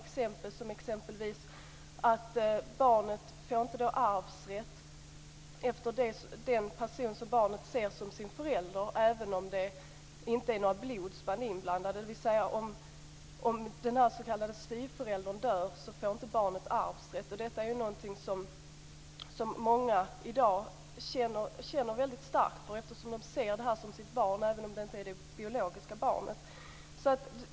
Barnet får t.ex. inte arvsrätt efter den person som barnet ser som sin förälder, även om det inte är några blodsband inblandade. Om den s.k. styvföräldern dör får barnet inte arvsrätt. Detta är någonting som många i dag känner väldigt starkt för, eftersom de ser det som sitt barn även om det inte är det biologiska barnet.